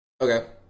okay